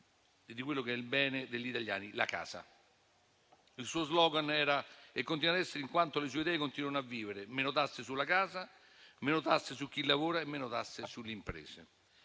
del bene primario degli italiani: la casa. Il suo *slogan* era - e continua ad essere, in quanto le sue idee continuano a vivere - meno tasse sulla casa, meno tasse su chi lavora e meno tasse sulle imprese.